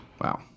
Wow